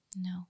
No